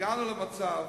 הגענו למצב,